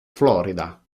florida